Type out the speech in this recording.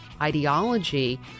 ideology